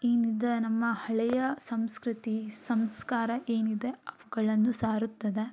ಏನಿದೆ ನಮ್ಮ ಹಳೆಯ ಸಂಸ್ಕೃತಿ ಸಂಸ್ಕಾರ ಏನಿದೆ ಅವುಗಳನ್ನು ಸಾರುತ್ತದೆ